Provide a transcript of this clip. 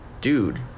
dude